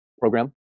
program